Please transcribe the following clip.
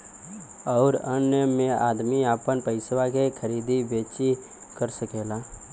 अउर अन्य मे अदमी आपन पइसवा के खरीदी बेची कर सकेला